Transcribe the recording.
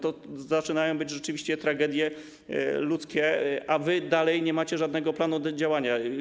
To zaczynają być rzeczywiście tragedie ludzkie, a wy dalej nie macie żadnego planu działania.